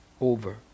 over